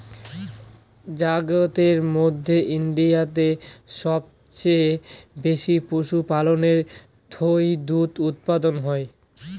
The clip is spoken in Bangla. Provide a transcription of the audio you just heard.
জাগাতের মধ্যে ইন্ডিয়াতে সবচেয়ে বেশি পশুপালনের থুই দুধ উপাদান হই